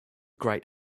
great